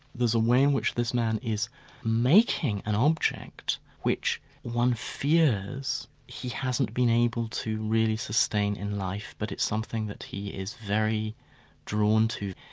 there's a way in which this man is making an object which one fears he hasn't been able to really sustain in life, but it's something that he is very drawn to.